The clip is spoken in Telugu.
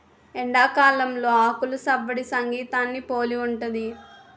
ఎండాకాలంలో ఆకులు సవ్వడి సంగీతాన్ని పోలి ఉంటది